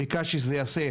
ביקשתי שזה ייעשה,